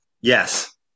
Yes